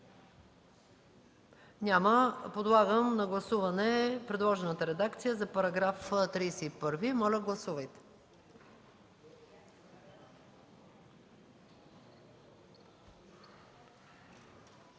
Няма. Подлагам на гласуване предложената редакция за § 31 – моля, гласувайте.